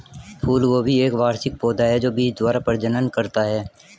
फूलगोभी एक वार्षिक पौधा है जो बीज द्वारा प्रजनन करता है